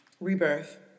Rebirth